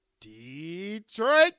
Detroit